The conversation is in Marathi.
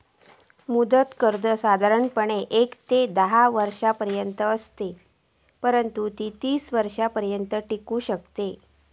मुदत कर्जा साधारणपणे येक ते धा वर्षांपर्यंत असत, परंतु ती तीस वर्षांपर्यंत टिकू शकतत